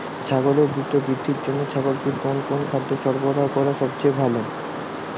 ছাগলের দ্রুত বৃদ্ধির জন্য ছাগলকে কোন কোন খাদ্য সরবরাহ করা সবচেয়ে ভালো?